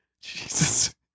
Jesus